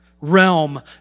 realm